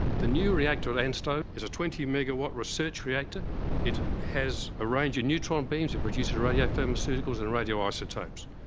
but the new reactor of ansto is a twenty megawatt research reactor it has a range of neutron beams that produce radio thermceuticals and radioisotopes.